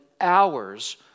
hours